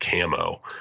camo